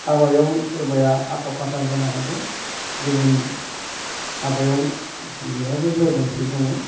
हाबायाव सोरबाया आखा फाखा जानो हागौ गुबुन हाबायाव बेहाबो लोरबांथि दङ